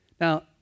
Now